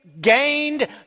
gained